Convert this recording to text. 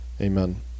Amen